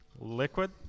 Liquid